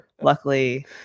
luckily